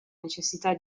necessità